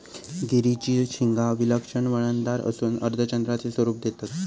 गिरीची शिंगा विलक्षण वळणदार असून अर्धचंद्राचे स्वरूप देतत